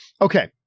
Okay